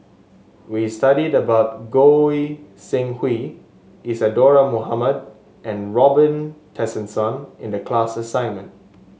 we studied about Goi Seng Hui Isadhora Mohamed and Robin Tessensohn in the class assignment